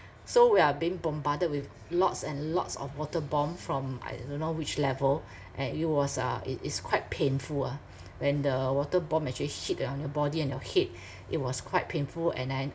so we are being bombarded with lots and lots of water bomb from I don't know which level and it was uh it is quite painful ah when the water bomb actually hit ah your body and your head it was quite painful and I